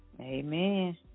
Amen